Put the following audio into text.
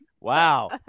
Wow